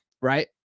right